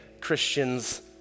Christians